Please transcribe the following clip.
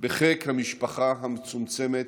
בחיק המשפחה המצומצמת,